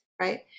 right